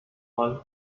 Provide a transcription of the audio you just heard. mal